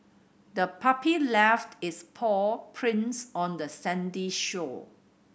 the puppy left its paw prints on the sandy shore